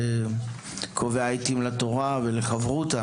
קובע עיתים לתורה ולחברותה,